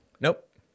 Nope